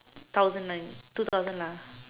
thousand nine two thousand lah